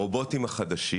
ברובוטים החדשים